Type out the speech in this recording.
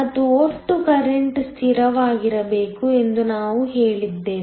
ಮತ್ತು ಒಟ್ಟು ಕರೆಂಟ್ ಸ್ಥಿರವಾಗಿರಬೇಕು ಎಂದು ನಾವು ಹೇಳಿದ್ದೇವೆ